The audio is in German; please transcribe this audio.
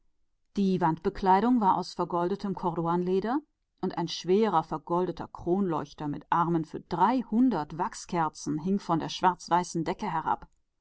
die tapeten waren aus vergoldetem kordovanischem leder und ein schwerer vergoldeter leuchter mit armen für dreihundert wachslichter hing von der schwarz und weißen decke